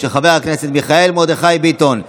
התשפ"ג 2023,